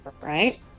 Right